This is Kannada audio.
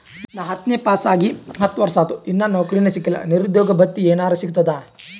ನಾ ಹತ್ತನೇ ಪಾಸ್ ಆಗಿ ಹತ್ತ ವರ್ಸಾತು, ಇನ್ನಾ ನೌಕ್ರಿನೆ ಸಿಕಿಲ್ಲ, ನಿರುದ್ಯೋಗ ಭತ್ತಿ ಎನೆರೆ ಸಿಗ್ತದಾ?